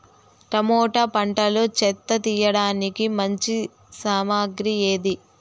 Tomato పంటలో చెత్త తీయడానికి మంచి సామగ్రి ఏది?